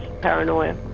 paranoia